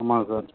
ஆமாங்க சார்